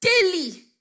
daily